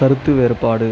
கருத்து வேறுபாடு